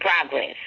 progress